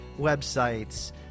websites